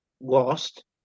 lost